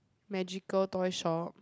magical toy shop